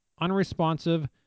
unresponsive